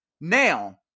now